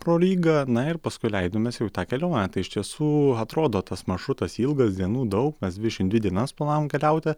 pro rygą na ir paskui leidomės jau į tą kelionę tai iš tiesų atrodo tas maršrutas ilgas dienų daug mes dvidešimt dvi dienas planavom keliauti